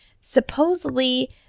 Supposedly